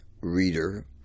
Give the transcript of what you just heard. reader